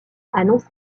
annonce